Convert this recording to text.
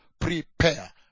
prepare